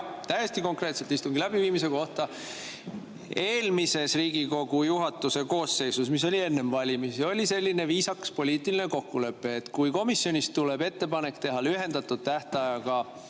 täiesti konkreetselt istungi läbiviimise kohta. Eelmises Riigikogu juhatuse koosseisus, mis oli enne valimisi, oli selline viisakas poliitiline kokkulepe, et kui komisjonist tuleb ettepanek teha lühendatud tähtajaga